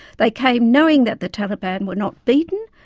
they came knowing that the taliban were not beaten,